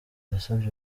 yasabye